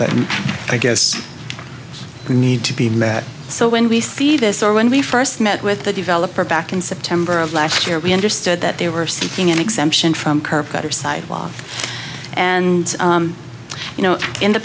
not i guess we need to be met so when we see this or when we first met with the developer back in september of last year we understood that they were seeking an exemption from curb gutter sidewalks and you know in the